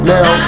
Now